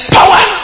power